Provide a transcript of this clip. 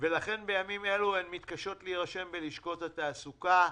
ולכן הן מתקשות להירשם בלשכות התעסוקה,